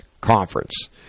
conference